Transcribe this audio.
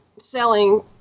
selling